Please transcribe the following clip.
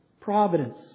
providence